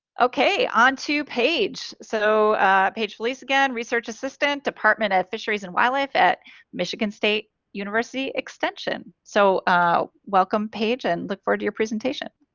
ok on to paige so paige filice again research assistant department of fisheries and wildlife at michigan state university extension, so welcome paige and look forward to your presentation.